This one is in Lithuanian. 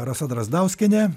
rasa drazdauskienė